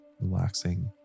relaxing